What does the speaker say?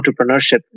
entrepreneurship